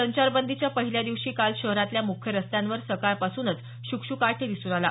संचारबंदीच्या पहिल्या दिवशी काल शहरातल्या मुख्य रस्त्यावर सकाळपासूनच शुकशुकाट दिसून आला